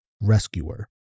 rescuer